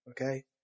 Okay